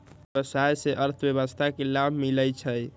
व्यवसाय से अर्थव्यवस्था के लाभ मिलइ छइ